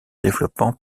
développement